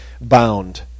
bound